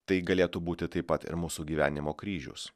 tai galėtų būti taip pat ir mūsų gyvenimo kryžius